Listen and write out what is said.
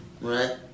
right